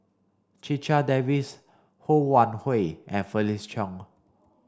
Checha Davies Ho Wan Hui and Felix Cheong